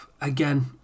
again